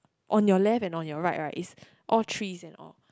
on your left and on your right right is all trees and all